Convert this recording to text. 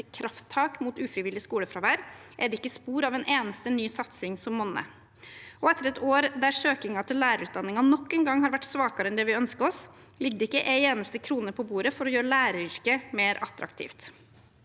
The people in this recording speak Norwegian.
krafttak mot ufrivillig skolefravær, er det ikke spor av en eneste ny satsing som monner. Etter et år der søkingen til lærerutdanningen nok en gang har vært svakere enn det vi ønsker oss, ligger det ikke en eneste krone på bordet for å gjøre læreryrket mer attraktivt.